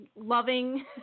loving